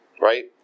right